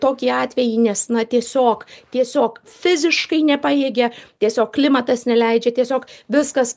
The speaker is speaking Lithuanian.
tokį atvejį nes na tiesiog tiesiog fiziškai nepajėgia tiesiog klimatas neleidžia tiesiog viskas